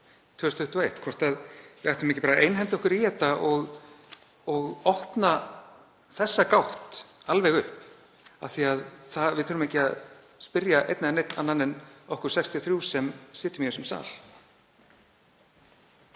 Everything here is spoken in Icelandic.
2021. Ættum við ekki bara að einhenda okkur í þetta og opna þessa gátt alveg upp? Við þurfum ekki að spyrja einn eða neinn, engan annan en okkur 63 sem sitjum í þessum sal.